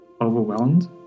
Overwhelmed